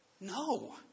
No